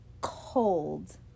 cold